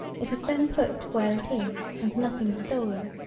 it is then put where it is and nothing stolen.